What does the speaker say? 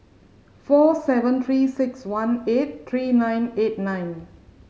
four seven Three Six One eight three nine eight nine